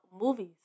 movies